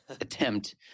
attempt